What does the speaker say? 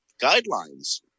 Guidelines